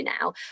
now